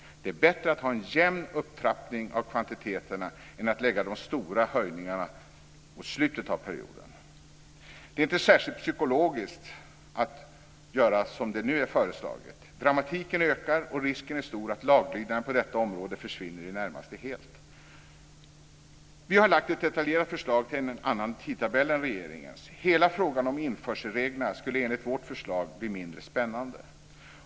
Det är bättre att ha en jämn upptrappning av kvantiteterna än att lägga de stora höjningarna mot slutet av perioden. Det är inte särskilt psykologiskt att göra som det nu är föreslaget. Dramatiken ökar, och risken är stor att laglydnaden på detta område försvinner i det närmaste helt. Vi har lagt fram ett detaljerat förslag till en annan tidtabell än regeringens. Hela frågan om införselreglerna skulle enligt vårt förslag bli mindre spännande.